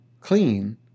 clean